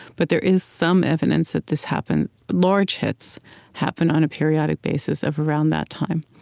but there is some evidence that this happened. large hits happen on a periodic basis of around that time.